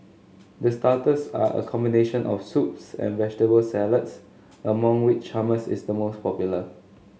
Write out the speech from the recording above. the starters are a combination of soups and vegetable salads among which hummus is the most popular